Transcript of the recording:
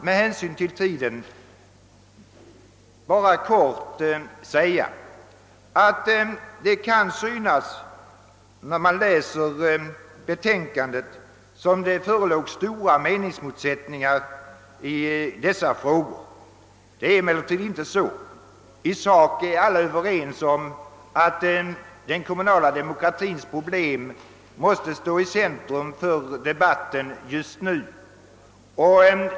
Jag vill av tidsskäl bara helt kort säga att det när man läser betänkandet kan synas som om stora motsättningar skulle föreligga i dessa frågor. Det är emellertid inte så. I sak är alla överens om att den kommunala demokratins problem just nu måste stå i centrum för debatten.